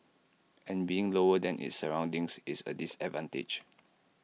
and being lower than its surroundings is A disadvantage